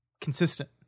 consistent